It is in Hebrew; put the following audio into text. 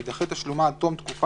יידחה תשלומה עד תום תקופת